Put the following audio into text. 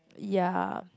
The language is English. ya